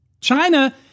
China